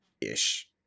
ish